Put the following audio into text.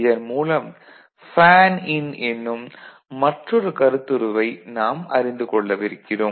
இதன் மூலம் fan in என்னும் மற்றொரு கருத்துருவை நாம் அறிந்து கொள்ளவிருக்கிறோம்